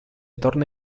torna